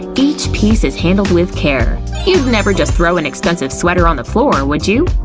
each piece is handled with care you'd never just throw an expensive sweater on the floor, would you?